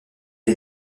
est